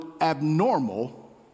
abnormal